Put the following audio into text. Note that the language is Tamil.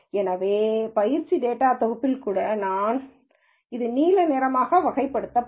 எனவே பயிற்சி டேட்டாதொகுப்பில் கூட இது நீல நிறமாக வகைப்படுத்தப்படும்